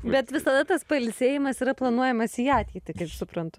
bet visada tas pailsėjimas yra planuojamas į ateitį kaip suprantu